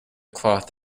cloth